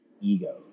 ego